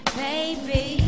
baby